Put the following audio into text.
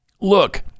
Look